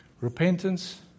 Repentance